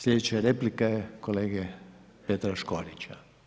Sljedeća replika je kolege Petra Škorića.